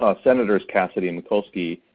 ah senators cassidy and mikulski